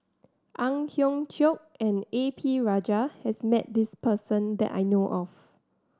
Ang Hiong Chiok and A P Rajah has met this person that I know of